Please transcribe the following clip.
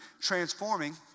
transforming